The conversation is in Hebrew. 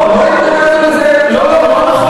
לא, לא התנגדנו לזה, לא נכון.